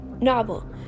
Novel